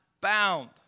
bound